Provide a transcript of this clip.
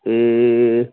ए